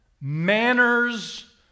manners